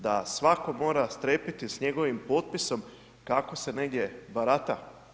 Da svatko mora strepiti s njegovim potpisom kako se negdje barata?